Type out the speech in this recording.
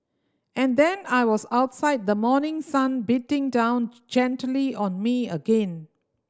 and then I was outside the morning sun beating down gently on me again